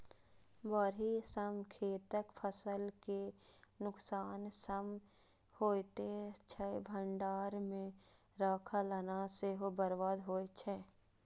बाढ़ि सं खेतक फसल के नुकसान तं होइते छै, भंडार मे राखल अनाज सेहो बर्बाद होइ छै